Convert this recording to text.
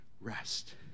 rest